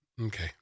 okay